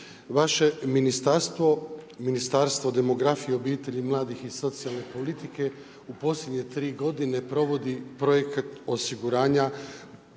Vaše ministarstvo Ministarstvo demografije, obitelji mladih i socijalne politike u posljednje tri godine provodi projekat osiguranja